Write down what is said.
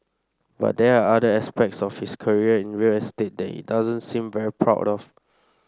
but there are other aspects of his career in real estate that it doesn't seem very proud of